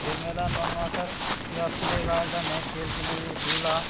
खेल मैदान बनवाकर या प्ले गार्डन है खेल के लिए झूला